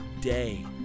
day